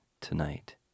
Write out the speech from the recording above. tonight